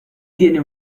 tiene